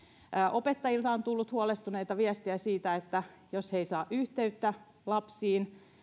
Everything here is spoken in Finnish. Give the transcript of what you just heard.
opettajilta on tullut huolestuneita viestejä että mitä jos he eivät saa yhteyttä lapsiin